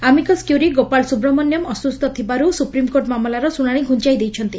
amicus curiae Gopal Subramaniam ଅସୁସ୍ଛ ଥିବାରୁ supreme court ମାମଲାର ଶୁଶାଶି ଘୁଆଇଛନ୍ତି